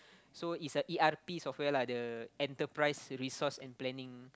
so it's a e_r_p software lah the enterprise resource and planning